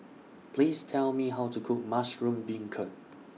Please Tell Me How to Cook Mushroom Beancurd